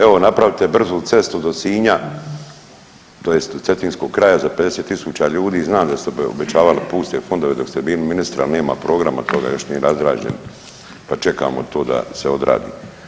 Evo napravite brzu cestu do Sinja tj. Cetinskog kraja za 50.000 ljudi, znam da ste obećavali puste fondove dok ste bili ministar, ali nema programa toga još nije razrađen pa čekamo to da se odradi.